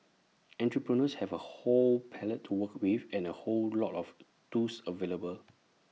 entrepreneurs have A whole palette to work with and A whole lot of tools available